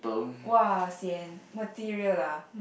!wah! sian material ah